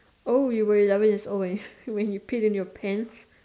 oh you were eleven years old when you when you pee in your pants